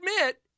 admit